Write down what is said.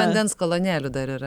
vandens kolonėlių dar yra